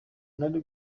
nari